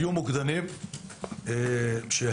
מוקדנים -- למה צריך מוקדנים?